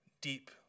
deep